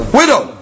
widow